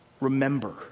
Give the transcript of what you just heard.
Remember